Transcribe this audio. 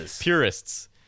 Purists